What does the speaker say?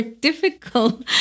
difficult